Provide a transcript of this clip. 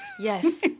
Yes